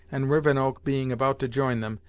and rivenoak being about to join them,